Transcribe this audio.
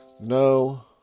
No